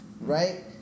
right